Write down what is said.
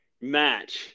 match